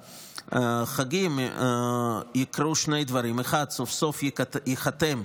החגים יקרו שני דברים: האחד סוף-סוף ייחתם,